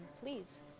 please